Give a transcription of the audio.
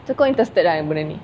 kau interested dengan benda ni